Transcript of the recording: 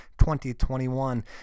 2021